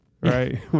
Right